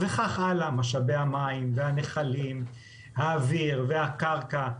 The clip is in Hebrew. וכך הלאה משאבי המים, הנחלים, האוויר והקרקע.